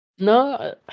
No